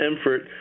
effort